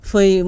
Foi